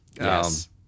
yes